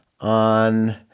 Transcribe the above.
on